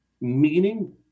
meaning